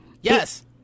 Yes